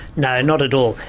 no not at all.